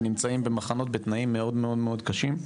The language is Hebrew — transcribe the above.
ונמצאים במחנות בתנאים מאוד מאוד מאוד קשים.